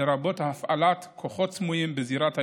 לרבות הפעלת כוחות סמויים בזירת האירוע,